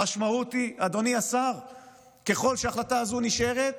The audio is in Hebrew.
המשמעות, ככל שההחלטה הזאת נשארת,